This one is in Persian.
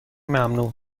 ممنوع